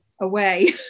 away